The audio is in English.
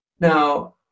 Now